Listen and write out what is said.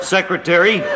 Secretary